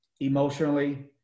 emotionally